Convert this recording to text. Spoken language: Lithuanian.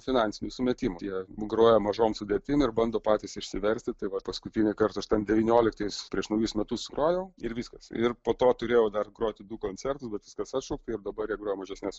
finansinių sumetimų jie groja mažoms sudėtim ir bando patys išsiversti tai va paskutinį kartą aš ten devynioliktais prieš naujus metus grojau ir viskas ir po to turėjau dar groti du koncertus bet viskas atšaukta ir dabar jie groja mažesnes